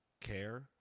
care